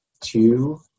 two